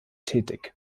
tätig